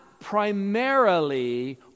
primarily